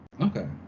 Okay